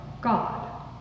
God